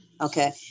Okay